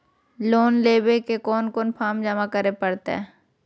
Loan लेवे ले कोन कोन फॉर्म जमा करे परते?